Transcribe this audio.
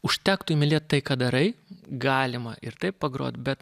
užtektų mylėt tai ką darai galima ir taip pagrot bet